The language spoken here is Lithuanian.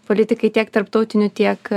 politikai tiek tarptautiniu tiek